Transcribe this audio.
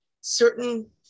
certain